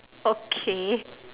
okay